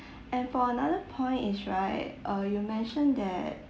and for another point is right uh you mentioned that